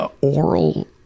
oral